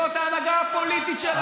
זאת ההנהגה הפוליטית שלהם, מה התכוונת.